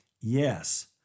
Yes